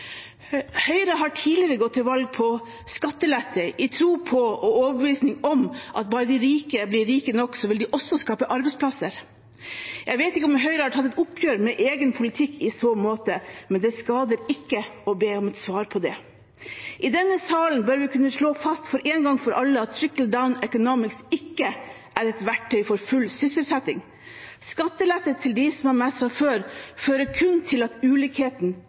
Høyre har tidligere gått til valg på skattelette i tro på og overbevisning om at bare de rike blir rike nok, vil de også skape arbeidsplasser. Jeg vet ikke om Høyre har tatt et oppgjør med egen politikk i så måte, men det skader ikke å be om svar på det. I denne salen bør vi kunne slå fast én gang for alle at «trickle-down economics» ikke er et verktøy for full sysselsetting. Skattelette til dem som har mest fra før, fører kun til at ulikheten